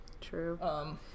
true